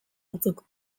batzuk